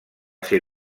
ser